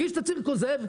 הוא הגיש תצהיר כוזב,